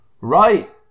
Right